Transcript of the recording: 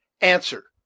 Answer